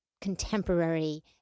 contemporary